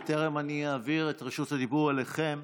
בטרם אעביר את רשות הדיבור אליכם,